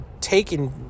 taken